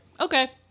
okay